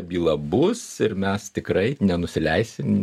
byla bus ir mes tikrai nenusileisim